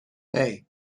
hey